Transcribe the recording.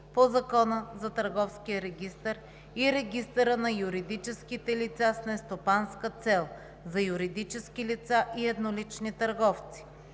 по Закона за търговския регистър и регистъра на юридическите лица с нестопанска цел – за юридически лица и еднолични търговци;